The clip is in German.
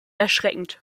erschreckend